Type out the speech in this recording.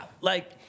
Like-